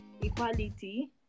equality